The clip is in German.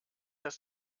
das